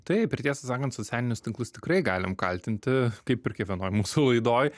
taip ir tiesą sakant socialinius tinklus tikrai galim kaltinti kaip ir kiekvienoj mūsų laidoj